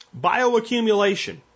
Bioaccumulation